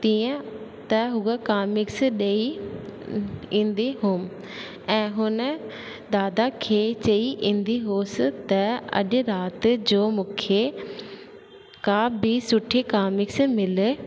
तीअं त हूअ कामिक्स ॾेई ईंदी हुअमि ऐं हुन दादा खे चई ईंदी हुअसि त अॼु राति जो मूंखे का बि सुठी कामिक्स मिले